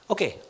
Okay